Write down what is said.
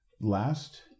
last